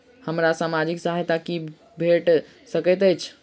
हमरा सामाजिक सहायता की सब भेट सकैत अछि?